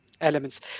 elements